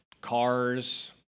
cars